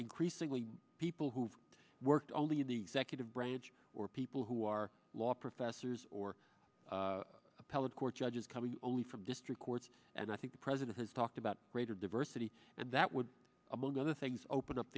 increasingly people who've worked only the executive branch or people who are law professors or appellate court judges coming only from district court and i think the president has talked about greater diversity and that would among other things open up